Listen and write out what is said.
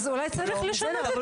אז אולי צריך לשנות את התקנות.